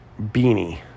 beanie